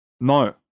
No